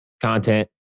content